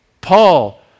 Paul